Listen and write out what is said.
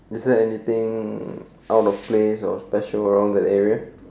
is there anything out of place or special around that area